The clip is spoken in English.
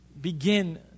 begin